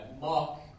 mark